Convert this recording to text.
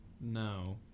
No